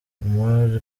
muammar